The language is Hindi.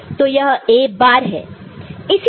तो यह A बार है